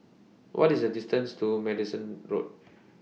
What IS The distance to Madison Road